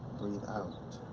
breathe out.